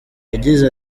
yagize